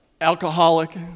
alcoholic